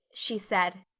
she said.